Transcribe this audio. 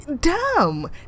Dumb